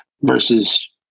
versus